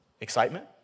Excitement